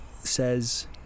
says